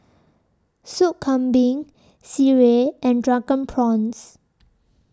Soup Kambing Sireh and Drunken Prawns